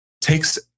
takes